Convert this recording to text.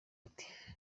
ati